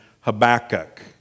Habakkuk